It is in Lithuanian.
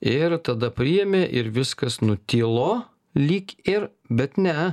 ir tada priėmė ir viskas nutilo lyg ir bet ne